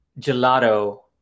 gelato